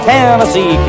Tennessee